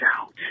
out